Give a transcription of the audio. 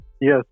Yes